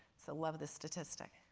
so love this statistic.